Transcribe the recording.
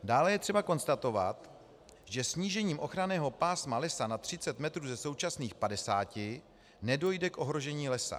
Dále je třeba konstatovat, že snížením ochranného pásma lesa na 30 metrů ze současných 50 nedojde k ohrožení lesa.